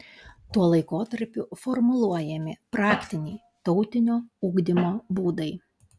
tuo laikotarpiu formuluojami praktiniai tautinio ugdymo būdai